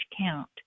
count